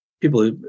people